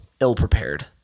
ill-prepared